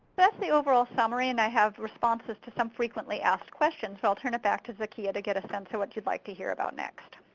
thats the overall summary, and i have responses to some frequently asked questions so ill turn it back to zakia to get a sense of what youd like to hear about next.